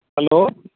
hello